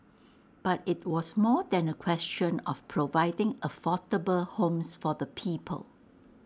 but IT was more than A question of providing affordable homes for the people